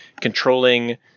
controlling